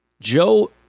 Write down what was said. Joe